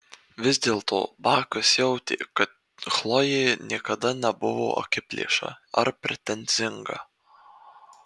vis dėlto bakas jautė kad chlojė niekada nebuvo akiplėša ar pretenzinga